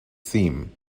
theme